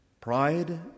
Pride